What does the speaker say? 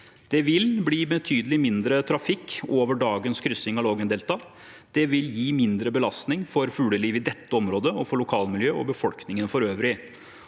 Det vil bli betydelig mindre trafikk over dagens kryssing av Lågendeltaet. Det vil gi mindre belastning for fuglelivet i dette området og for lokalmiljøet og befolkningen for øvrig.